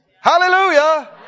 Hallelujah